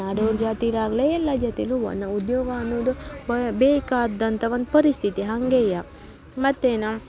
ನಾಡೋರ ಜಾತಿಲಿ ಆಗಲಿ ಎಲ್ಲ ಜಾತಿಲೂ ವ ನಾವು ಉದ್ಯೋಗ ಅನ್ನೋದು ಬೇಕಾದಂಥ ಒಂದು ಪರಿಸ್ಥಿತಿ ಹಂಗೆಯೇ ಮತ್ತೇನು